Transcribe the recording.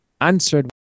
answered